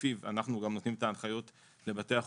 לפיו אנחנו נותנים את ההנחיות לבתי החולים.